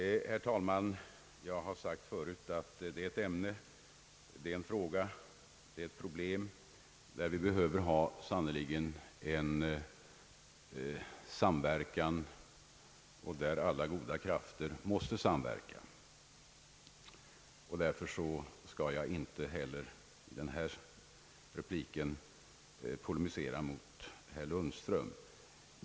Herr talman! Jag har tidigare sagt att detta är ett ämne och ett problem där vi behöver en samverkan mellan alla goda krafter. Därför skall jag inte heller i denna replik polemisera mot herr Lundström.